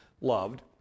loved